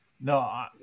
No